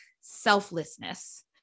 selflessness